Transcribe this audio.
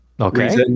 Okay